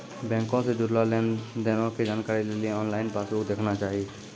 बैंको से जुड़लो लेन देनो के जानकारी लेली आनलाइन पासबुक देखना चाही